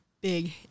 big